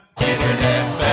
Internet